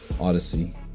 Odyssey